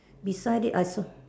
beside it I saw